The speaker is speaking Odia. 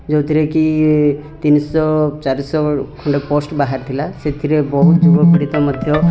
ଯୋଉଥିରେ କି ତିନି ଶହ ଚାରି ଶହ ଖଣ୍ଡେ ପୋଷ୍ଟ୍ ବାହାରି ଥିଲା ସେଥିରେ ବହୁତ ମଧ୍ୟ